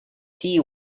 tea